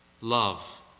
love